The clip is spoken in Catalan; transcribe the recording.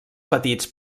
petits